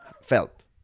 felt